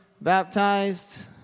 baptized